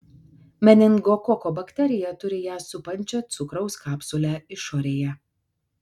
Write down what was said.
meningokoko bakterija turi ją supančią cukraus kapsulę išorėje